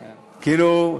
כאילו,